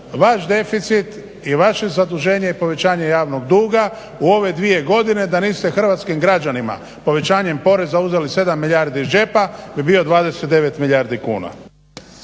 vaš deficit i vaše zaduženje i povećanje javnog duga u ove dvije godine da niste hrvatskim građanima povećanjem poreza uzeli sedam milijardi iz džepa bi bio 29 milijardi kuna.